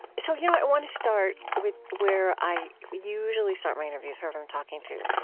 so you know i want to start with where i usually start my interviews, whoever i'm talking to.